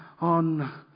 on